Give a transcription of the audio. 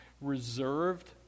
reserved